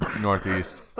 northeast